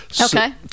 Okay